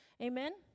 Amen